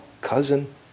cousin